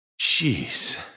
jeez